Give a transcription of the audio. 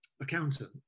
accountant